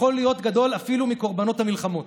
יכול להיות גדול אפילו מקורבנות המלחמות.